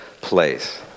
place